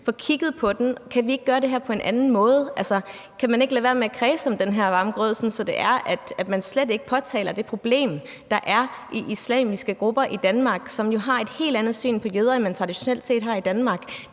få kigget på, om vi ikke kan gøre det her på en anden måde? Kan man ikke lade være med at kredse om den her varme grød, sådan at man slet ikke påtaler det problem, der er i islamiske grupper i Danmark, som jo har et helt andet syn på jøder, end man traditionelt set har i Danmark?